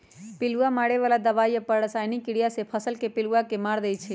पिलुआ मारे बला दवाई अप्पन रसायनिक क्रिया से फसल के पिलुआ के मार देइ छइ